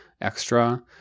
extra